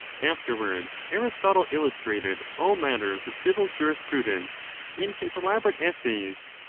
afterwards, aris totle illustrated all matters of civil jurisprudence in his elaborate essays,